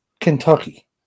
Kentucky